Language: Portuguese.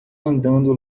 andando